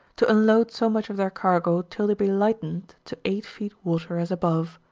to unload so much of their cargo till they be lightened to eight feet water as above.